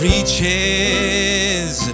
Reaches